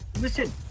Listen